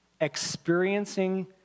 experiencing